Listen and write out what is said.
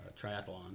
triathlon